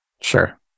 Sure